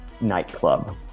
nightclub